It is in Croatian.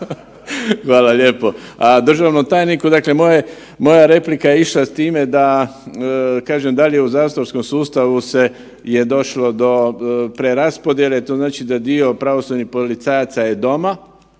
hvala lijepo. A državnom tajniku, dakle moja replika je išla s time da kažem dalje u zatvorskom sustavu se je došlo do preraspodjele, to znači da dio pravosudnih policajaca je doma,